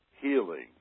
healing